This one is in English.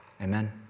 Amen